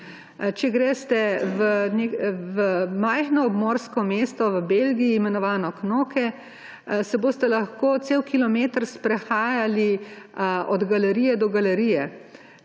Če greste v majhno obmorsko mesto v Belgiji imenovano Knokke, se boste lahko cel kilometer sprehajali od galerije do galerije.